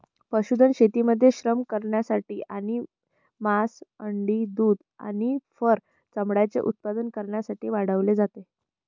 पशुधन शेतीमध्ये श्रम करण्यासाठी आणि मांस, अंडी, दूध आणि फर चामड्याचे उत्पादन करण्यासाठी वाढवले जाते